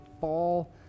fall